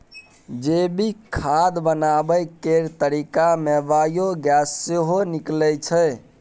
जैविक खाद बनाबै केर तरीका मे बायोगैस सेहो निकलै छै